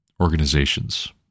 organizations